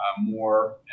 more